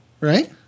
Right